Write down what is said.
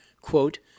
quote